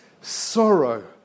sorrow